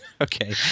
Okay